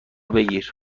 بگیر